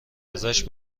ازش